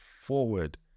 forward